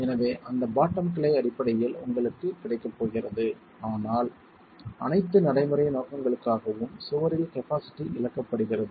எனவே அந்த பாட்டம் கிளை அடிப்படையில் உங்களுக்கு கிடைக்கப் போகிறது ஆனால் அனைத்து நடைமுறை நோக்கங்களுக்காகவும் சுவரில் கபாஸிட்டி இழக்கப்படுகிறது